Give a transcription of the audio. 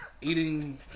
Eating